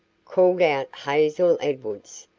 called out hazel edwards.